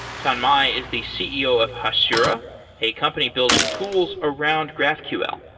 tanmai is the ceo of hasura a company building tools around graphql.